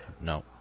No